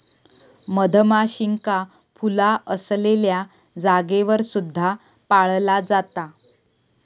मधमाशींका फुला असलेल्या जागेवर सुद्धा पाळला जाता